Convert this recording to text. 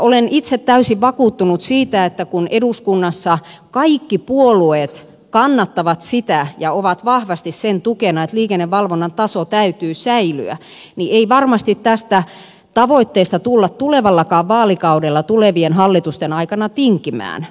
olen itse täysin vakuuttunut siitä että kun eduskunnassa kaikki puolueet kannattavat sitä ja ovat vahvasti sen tukena että liikennevalvonnan tason täytyy säilyä niin ei varmasti tästä tavoitteesta tulla tulevallakaan vaalikaudella tulevien hallitusten aikana tinkimään